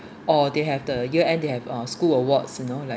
or they have the year end they have uh school awards you know like